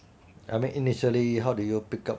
I mean initially how did you pick up